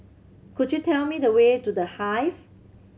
could you tell me the way to The Hive